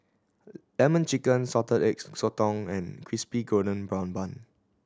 Lemon Chicken salted eggs sotong and Crispy Golden Brown Bun